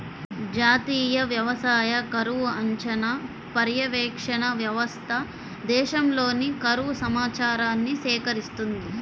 జాతీయ వ్యవసాయ కరువు అంచనా, పర్యవేక్షణ వ్యవస్థ దేశంలోని కరువు సమాచారాన్ని సేకరిస్తుంది